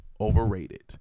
overrated